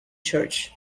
church